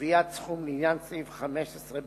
(קביעת סכום לעניין סעיף 15(ב)(1)